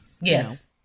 yes